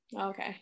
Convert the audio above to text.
Okay